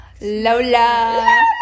Lola